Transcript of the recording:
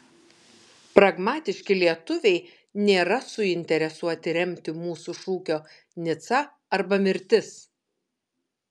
pragmatiški lietuviai nėra suinteresuoti remti mūsų šūkio nica arba mirtis